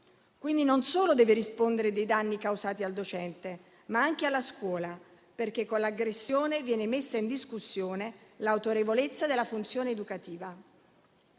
Quindi, non solo deve rispondere dei danni causati al docente, ma anche alla scuola, perché con l'aggressione viene messa in discussione l'autorevolezza della funzione educativa.